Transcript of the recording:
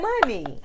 money